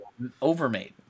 overmade